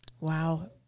Wow